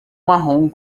marrom